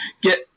get